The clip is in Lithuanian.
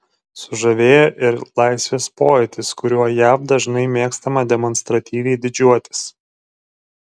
sužavėjo ir laisvės pojūtis kuriuo jav dažnai mėgstama demonstratyviai didžiuotis